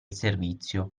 servizio